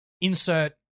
insert